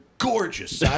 Gorgeous